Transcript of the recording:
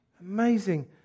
Amazing